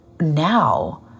now